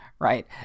right